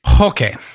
Okay